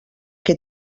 que